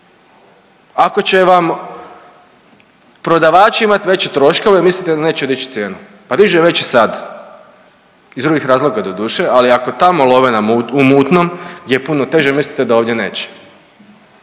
Ako će vam prodavači imati veće troškove, mislite da neće dići cijenu? Pa dižu već sada, iz drugih razloga, doduše, ali ako tamo love u mutnom gdje je puno teže, mislite da ovdje neće?